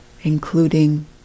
including